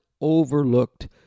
overlooked